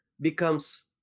becomes